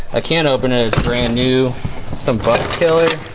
ah can't open it brand new some fuck chili